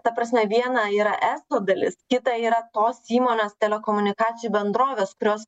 ta prasme viena yra estų dalis kita yra tos įmonės telekomunikacijų bendrovės kurios